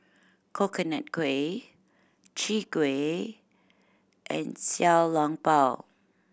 Coconut Kuih Chwee Kueh and Xiao Long Bao